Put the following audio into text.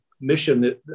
mission